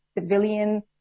civilian